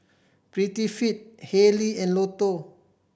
Prettyfit Haylee and Lotto